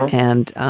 and